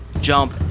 jump